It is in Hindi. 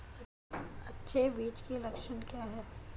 अच्छे बीज के लक्षण क्या हैं?